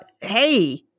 hey